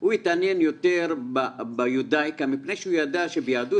הוא התעניין יותר ביודאיקה מפני שהוא ידע שביהדות